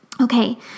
Okay